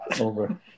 over